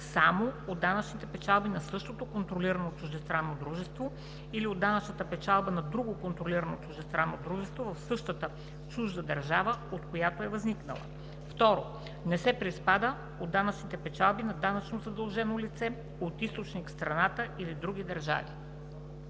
само от данъчните печалби на същото контролирано чуждестранно дружество или от данъчната печалба на друго контролирано чуждестранно дружество в същата чужда държава, от която е възникнала; 2. не се приспада от данъчните печалби на данъчно задълженото лице от източник в страната или други държави.“